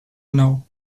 know